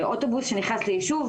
זה אוטובוס שנכנס ליישוב,